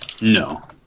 No